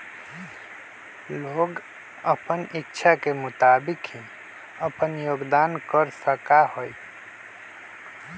लोग अपन इच्छा के मुताबिक ही अपन योगदान कर सका हई